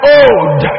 old